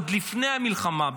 עוד לפני המלחמה,